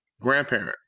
grandparent